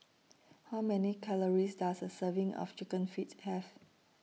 How Many Calories Does A Serving of Chicken Feet Have